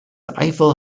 eiffel